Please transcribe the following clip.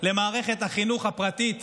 למערכת החינוך הפרטית